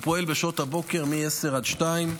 הוא פועל בשעות הבוקר מ-10:00 עד 14:00,